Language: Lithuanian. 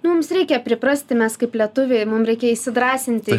mums reikia priprasti mes kaip lietuviai mum reikia įsidrąsinti